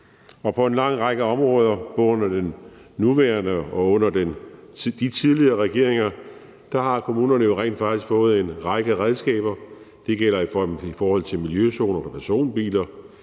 På en lang række områder, både under den nuværende og under de tidligere regeringer, har kommunerne jo rent faktisk fået en række redskaber. Det gælder i forhold til miljøzoner for personbiler,